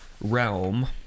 realm